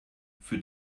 für